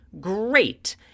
Great